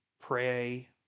pray